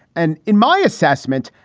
and in my assessment,